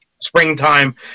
springtime